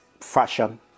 fashion